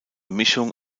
mischung